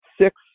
six